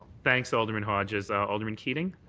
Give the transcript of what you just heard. thanks, alderman hodges. alderman keating.